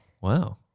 Wow